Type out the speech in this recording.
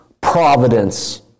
providence